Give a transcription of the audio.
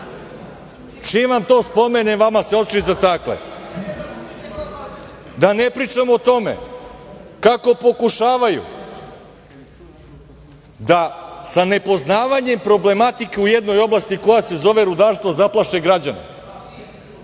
čim vam to spomenem vama se oči zacakle. Da ne pričam o tome kako pokušavaju da sa nepoznavanjem problematike u jednoj oblasti koja se zove rudarstvo zaplaše građane.